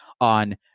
on